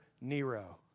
Nero